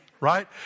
right